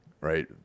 right